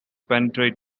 penetrate